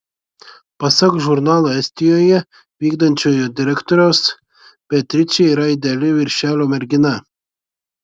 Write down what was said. pasak žurnalo estijoje vykdančiojo direktoriaus beatričė yra ideali viršelio mergina